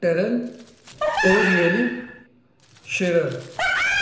ٹرل oh really Sharar